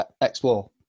explore